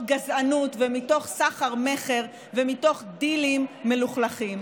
גזענות ומתוך סחר-מכר ומתוך דילים מלוכלכים.